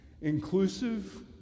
Inclusive